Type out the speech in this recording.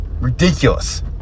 Ridiculous